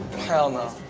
hell no.